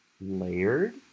layered